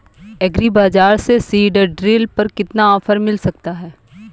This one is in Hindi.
एग्री बाजार से सीडड्रिल पर कितना ऑफर मिल सकता है?